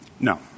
No